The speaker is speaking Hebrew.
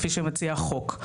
כפי שמציע החוק?